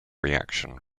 reaction